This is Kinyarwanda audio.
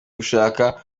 gushaka